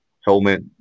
helmet